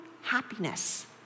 happiness